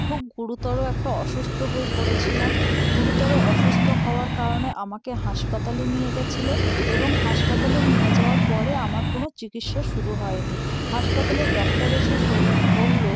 খুব গুরুতর একটা অসুস্থ হয়ে পড়েছিলাম গুরুতর অসুস্থ হওয়ার কারণে আমাকে হাসপাতালে নিয়ে গিয়েছিলো এবং হাসপাতালে নিয়ে যাওয়ার পরে আমার কোনো চিকিৎসা শুরু হয়নি হাসপাতালের ডক্টর এসে সোজা বললো